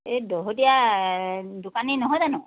এই দহোতীয়া দোকানী নহয় জানোঁ